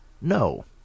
No